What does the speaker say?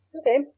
Okay